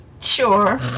sure